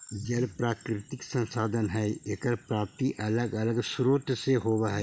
जल प्राकृतिक संसाधन हई एकर प्राप्ति अलग अलग स्रोत से होवऽ हई